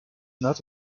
not